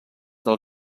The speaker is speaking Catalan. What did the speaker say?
del